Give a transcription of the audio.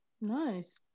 nice